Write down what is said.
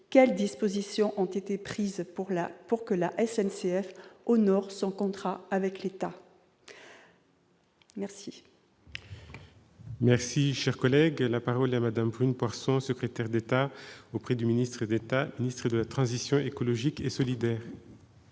quelles dispositions ont été prises pour que la SNCF honore son contrat avec l'État. La parole est à Mme la secrétaire d'État auprès du ministre d'État, ministre de la transition écologique et solidaire.